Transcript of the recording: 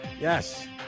Yes